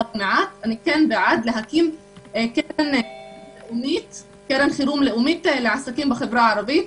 אני בעד להתאים קרן חירום לאומית לעסקים בחברה הערבית,